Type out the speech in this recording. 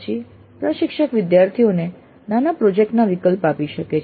પછી પ્રશિક્ષક વિદ્યાર્થીઓને નાના પ્રોજેક્ટ ના વિકલ્પ આપી શકે છે